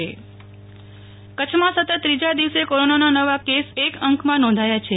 Nehal Thakkar Kutch corona કચ્છમાં સતત ત્રીજા દીવસે કોરોનાના નવા કેસ એક અંકમાં નોંધાયા છે